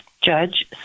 judge